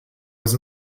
was